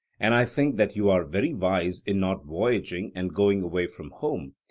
and i think that you are very wise in not voyaging and going away from home,